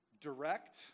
direct